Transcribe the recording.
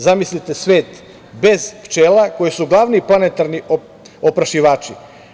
Zamislite svet bez pčela, koje su glavni planetarni oprašivači?